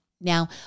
Now